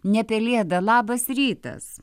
ne pelėda labas rytas